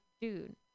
dude